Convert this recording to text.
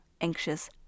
anxious